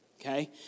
Okay